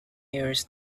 years